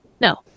No